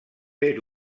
fer